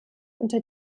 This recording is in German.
unter